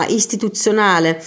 istituzionale